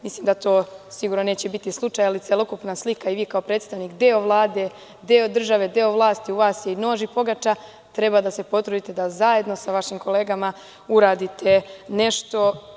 Mislim da to sigurno neće biti slučaj, ali celokupna slika i vi kao predstavnik, deo Vlade, deo države, deo vlasti, u vlasti je nož i pogača, treba da se potrudite da zajedno sa vašim kolegama uradite nešto.